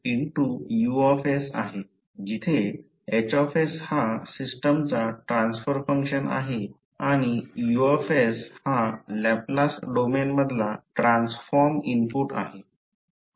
U आहे जिथे H हा सिस्टमचा ट्रान्सफर फंक्शन आहे आणि U हा लॅपलास डोमेनमधला ट्रान्सफॉर्म इनपुट आहे